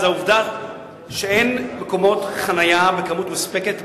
זאת העובדה שאין מקומות חנייה מספיקים,